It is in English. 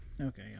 Okay